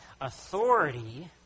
authority